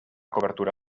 cobertura